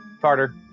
Carter